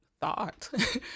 thought